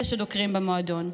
אלה שדוקרים במועדון.